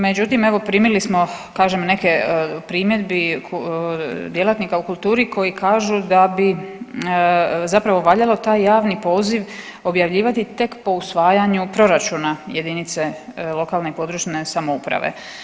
Međutim, evo primili smo kažem neke od primjedbi djelatnika u kulturi koji kažu da bi zapravo valjalo taj javni poziv objavljivati tek po usvajanju proračuna jedinice lokalne područne samouprave.